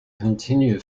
continue